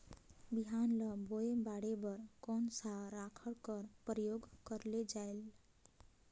बिहान ल बोये बाढे बर कोन सा राखड कर प्रयोग करले जायेल?